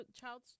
child